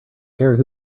care